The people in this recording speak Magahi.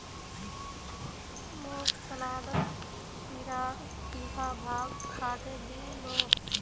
मोक सलादत खीरार तीखा भाग काटे दी बो